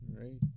Right